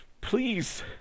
Please